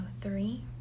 three